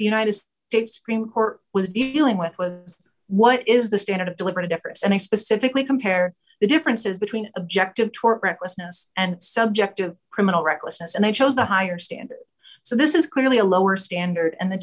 united states supreme court was dealing with was what is the standard of deliberate efforts and i specifically compare the differences between objective tort recklessness and subjective criminal recklessness and i chose the higher standard so this is clearly a lower standard and the